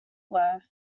were